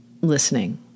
listening